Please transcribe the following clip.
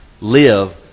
live